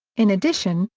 in addition,